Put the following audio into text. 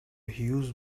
هیوز